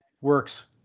works